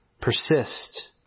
persist